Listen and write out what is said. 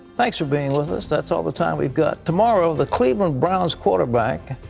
thanks for being with us. that's all the time we've got. tomorrow, the cleveland browns quarterback,